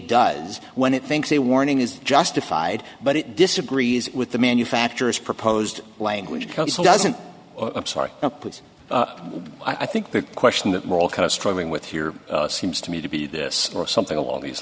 does when it thinks a warning is justified but it disagrees with the manufacturers proposed language council doesn't put i think the question that we're all kind of struggling with here seems to me to be this or something along these